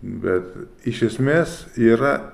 bet iš esmės yra